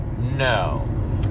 No